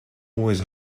always